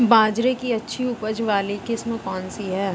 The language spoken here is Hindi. बाजरे की अच्छी उपज वाली किस्म कौनसी है?